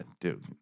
dude